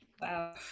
Wow